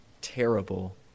terrible